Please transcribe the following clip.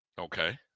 Okay